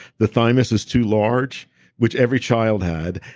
the thymus is too large which every child had,